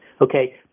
okay